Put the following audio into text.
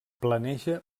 planeja